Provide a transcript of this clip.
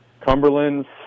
Cumberland's